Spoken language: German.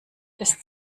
ist